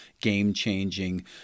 game-changing